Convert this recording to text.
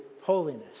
holiness